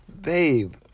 babe